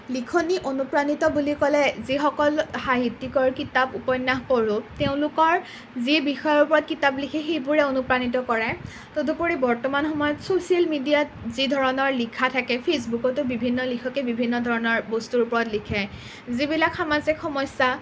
লিখনি অনুপ্ৰাণিত বুলি ক'লে যিসকল সাহিত্যিকৰ কিতাপ উপন্যাস পঢ়োঁ তেওঁলোকৰ যি বিষয়ৰ ওপৰত কিতাপ লিখে সেইবোৰেই অনুপ্ৰাণিত কৰে তদুপৰি বৰ্তমান সময়ত ছ'চিয়েল মিডিয়াত যি ধৰণৰ লিখা থাকে ফেচবুকতো বিভিন্ন লিখকে বিভিন্ন ধৰণৰ বস্তুৰ ওপৰত লিখে যিবিলাক সামাজিক সমস্যা